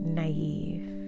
naive